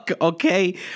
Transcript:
okay